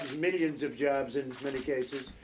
millions of jobs in communications.